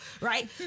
Right